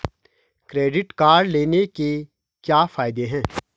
Credit card लेने के क्या फायदे हैं?